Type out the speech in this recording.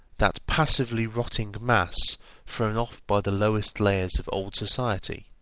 that passively rotting mass thrown off by the lowest layers of old society,